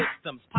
systems